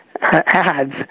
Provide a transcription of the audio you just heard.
ads